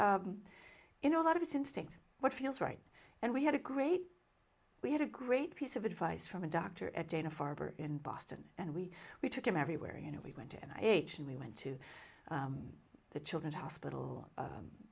and you know a lot of it's instinct what feels right and we had a great we had a great piece of advice from a doctor at dana farber in boston and we we took him everywhere you know we went and i agent we went to the children's hospital